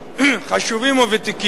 חשובים וותיקים.